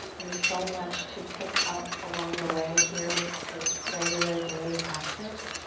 there's so much to pick up along the way here with this regular daily practice.